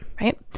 Right